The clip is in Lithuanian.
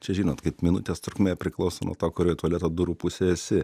čia žinot kaip minutės trukmė priklauso nuo to kurioj tualeto durų pusėj esi